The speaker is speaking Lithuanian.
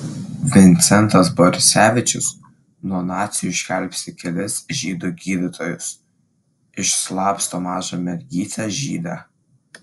vincentas borisevičius nuo nacių išgelbsti kelis žydų gydytojus išslapsto mažą mergytę žydę